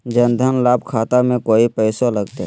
जन धन लाभ खाता में कोइ पैसों लगते?